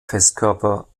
festkörper